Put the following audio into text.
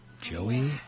Joey